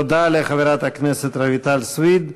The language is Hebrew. תודה לחברת הכנסת רויטל סויד.